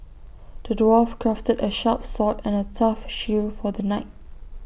the dwarf crafted A sharp sword and A tough shield for the knight